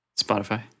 Spotify